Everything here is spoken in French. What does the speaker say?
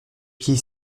pieds